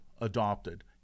adopted